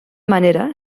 manera